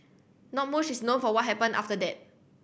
not mush is known for what happened after that